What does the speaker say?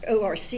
ORC